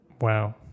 Wow